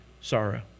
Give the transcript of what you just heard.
sorrow